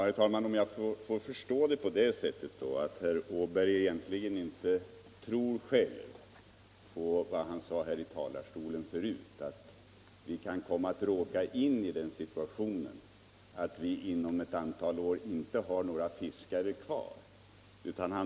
Herr talman! Då får jag kanske förstå saken så att herr Åberg egentligen inte själv tror på vad han sade tidigare här i talarstolen, att vi om ett antal år kan befinna oss i den situationen att vi inte har några fiskare kvar.